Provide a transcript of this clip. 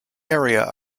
area